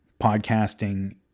podcasting